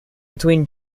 between